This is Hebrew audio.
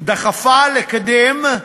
דחפה לקדם.